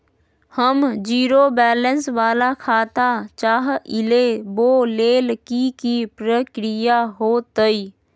हम zero balance वाला खाता चाहइले वो लेल की की प्रक्रिया होतई?